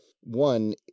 one